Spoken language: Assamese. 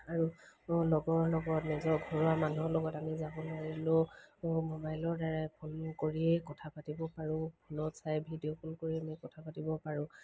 আৰু লগৰ লগত নিজৰ ঘৰুৱা মানুহৰ লগত আমি যাব নোৱাৰিলেও মোবাইলৰ দ্বাৰাই ফোন কৰিয়েই কথা পাতিব পাৰোঁ ফোনত চাই ভিডিঅ' কল কৰি আমি কথা পাতিব পাৰোঁ